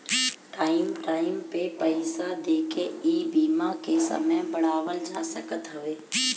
time time पे पईसा देके इ बीमा के समय बढ़ावल जा सकत हवे